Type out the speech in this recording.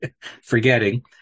forgetting